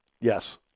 Yes